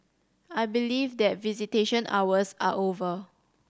I believe that visitation hours are over